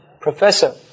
professor